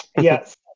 Yes